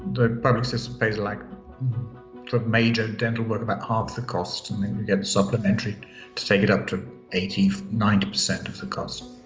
the public system pays like for major dental work, about ah half the cost supplementary to take it up to eighty, ninety percent of the cost.